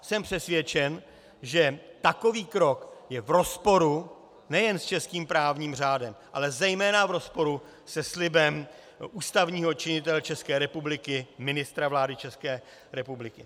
Jsem přesvědčen, že takový krok je v rozporu nejen s českým právním řádem, ale zejména v rozporu se slibem ústavního činitele České republiky, ministra vlády České republiky.